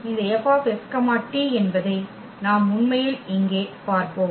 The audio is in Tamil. இந்த Fs t என்பதை நாம் உண்மையில் இங்கே பார்ப்போம்